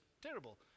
terrible